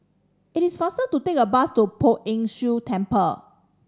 it is faster to take a bus to Poh Ern Shih Temple